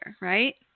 right